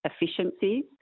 efficiencies